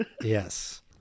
Yes